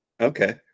Okay